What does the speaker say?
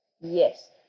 yes